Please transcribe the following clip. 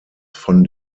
von